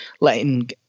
letting